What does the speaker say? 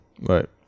Right